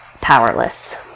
powerless